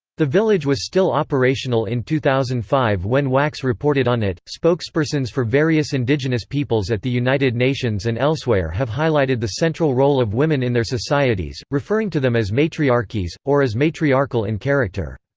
the village was still operational in two thousand and five when wax reported on it spokespersons for various indigenous peoples at the united nations and elsewhere have highlighted the central role of women in their societies, referring to them as matriarchies, or as matriarchal in character.